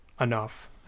enough